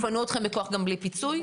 יפנו אתכם בכוח גם בלי פיצוי?